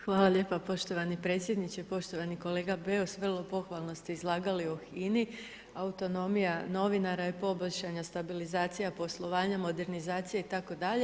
Hvala lijepo poštovani predsjedniče, poštovani kolega Beus, vrlo pohvalno ste izlagali o INA-i, autonomija novinara je poboljšanja stabilizacija poslovanja, modernizacije itd.